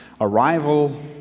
Arrival